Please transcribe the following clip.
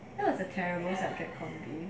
that was a terrible subject for you